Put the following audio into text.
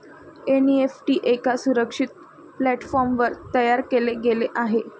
NEFT एका सुरक्षित प्लॅटफॉर्मवर तयार केले गेले आहे